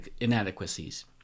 inadequacies